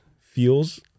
feels